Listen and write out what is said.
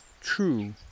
true